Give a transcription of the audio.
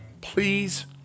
Please